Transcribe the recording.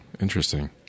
Interesting